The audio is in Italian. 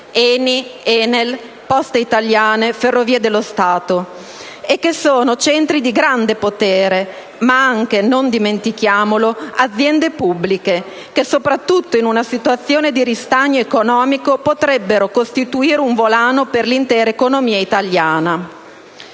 ENI, ENEL, Poste Italiane e Ferrovie dello Stato, che sono centri di grande potere, ma anche - non dimentichiamolo - aziende pubbliche, che soprattutto in una situazione di ristagno economico potrebbero costituire un volano per l'intera economia italiana.